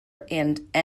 and